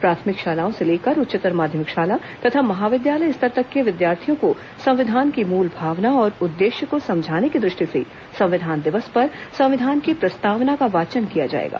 प्राथमिक शालाओं से लेकर उच्चतर माध्यमिक शाला तथा महाविद्यालय स्तर तक के विद्यार्थियों को संविधान की मूल भावना और उद्देश्य को समझाने की दृष्टि से संविधान दिवस पर संविधान की प्रस्तावना का वाचन किया जाएगा